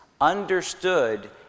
understood